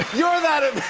you're that